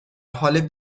حال